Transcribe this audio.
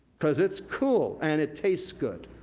cause it's cool and it tastes good.